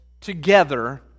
together